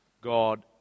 God